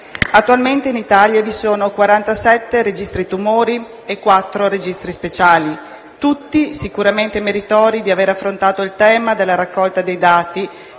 Attualmente in Italia vi sono 47 registri tumori e 4 registri speciali, tutti sicuramente meritori per aver affrontato il tema della raccolta dei dati,